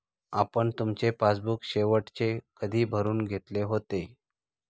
आपण तुमचे पासबुक शेवटचे कधी भरून घेतले होते?